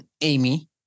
Amy